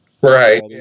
Right